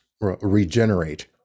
regenerate